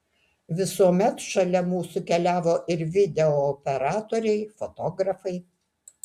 visuomet šalia mūsų keliavo ir video operatoriai fotografai